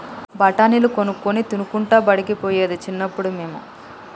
బఠాణీలు కొనుక్కొని తినుకుంటా బడికి పోయేది చిన్నప్పుడు మేము